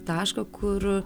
taško kur